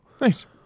Nice